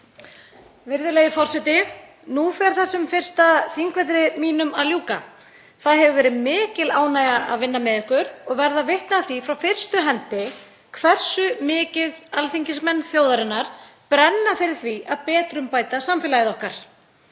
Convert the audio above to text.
Virðulegi forseti. Nú fer þessum fyrsta þingvetri mínum að ljúka. Það hefur verið mikil ánægja að vinna með ykkur og verða vitni að því frá fyrstu hendi hversu mikið alþingismenn þjóðarinnar brenna fyrir því að betrumbæta samfélagið okkar.